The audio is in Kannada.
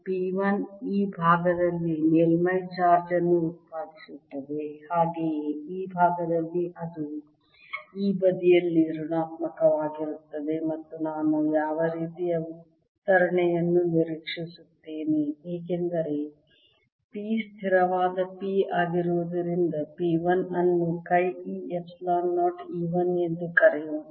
P 1 ಈ ಭಾಗದಲ್ಲಿ ಮೇಲ್ಮೈ ಚಾರ್ಜ್ ಅನ್ನು ಉತ್ಪಾದಿಸುತ್ತದೆ ಹಾಗೆಯೇ ಈ ಭಾಗದಲ್ಲಿ ಅದು ಈ ಬದಿಯಲ್ಲಿ ಋಣಾತ್ಮಕವಾಗಿರುತ್ತದೆ ಮತ್ತು ನಾನು ಯಾವ ರೀತಿಯ ವಿತರಣೆಯನ್ನು ನಿರೀಕ್ಷಿಸುತ್ತೇನೆ ಏಕೆಂದರೆ P ಸ್ಥಿರವಾದ ಪಿ ಆಗಿರುವುದರಿಂದ P 1 ಅನ್ನು ಚಿ E ಎಪ್ಸಿಲಾನ್ 0 E 1 ಎಂದು ಕರೆಯೋಣ